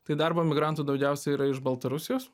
tai darbo migrantų daugiausia yra iš baltarusijos